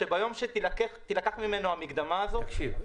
כך שביום שתילקח ממנו המקדמה הזו --- תקשיב,